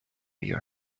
your